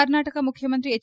ಕರ್ನಾಟಕ ಮುಖ್ಯಮಂತ್ರಿ ಎಚ್